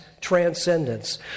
transcendence